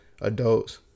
adults